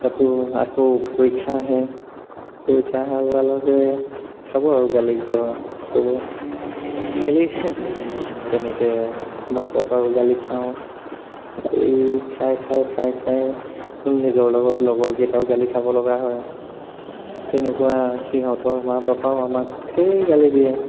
তাতো আকৌ পৰীক্ষা আহে পৰীক্ষা অহাৰ লগা লগে খাব আৰু গালি ঘৰত চবৰ খেলি তেনেকৈ মা পাপাৰো গালি খাওঁ গালি খায় খায় খায় খায় নিজৰ লগত লগৰকেইটাও গালি খাবলগা হয় তেনেকুৱা সিহঁতৰ মা পাপাও আমাক ধেৰ গালি দিয়ে